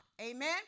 Amen